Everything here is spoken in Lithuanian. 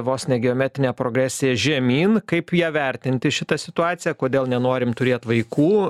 vos ne geometrine progresija žemyn kaip ją vertinti šitą situaciją kodėl nenorim turėt vaikų